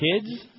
kids